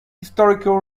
historical